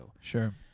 Sure